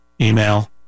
email